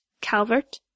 Calvert